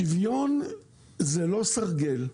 שוויון זה לא סרגל.